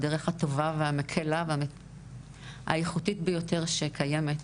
בדרך הטובה והמקלה והאיכותית ביותר שקיימת.